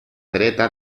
dreta